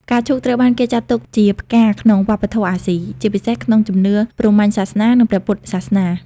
ផ្កាឈូកត្រូវបានគេចាត់ទុកជាផ្កាក្នុងវប្បធម៌អាស៊ី ជាពិសេសក្នុងជំនឿព្រហ្មញ្ញសាសនា និងព្រះពុទ្ធសាសនា។